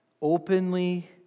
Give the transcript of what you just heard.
openly